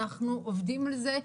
אנחנו עובדים על זה,